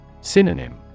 Synonym